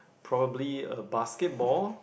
probably a basket ball